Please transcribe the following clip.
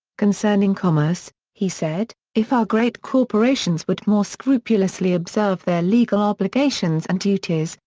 concerning commerce, he said, if our great corporations would more scrupulously observe their legal obligations and duties,